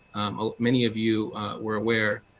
ah many of you were aware,